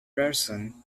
ryerson